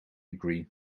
agree